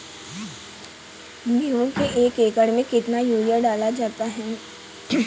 गेहूँ के एक एकड़ में कितना यूरिया डाला जाता है?